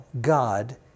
God